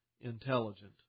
intelligent